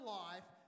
life